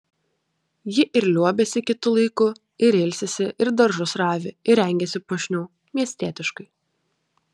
ji ir liuobiasi kitu laiku ir ilsisi ir daržus ravi ir rengiasi puošniau miestietiškai